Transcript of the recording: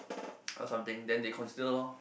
or something then they consider lor